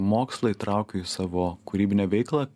mokslą įtraukiu į savo kūrybinę veiklą